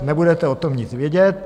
Nebudete o tom nic vědět.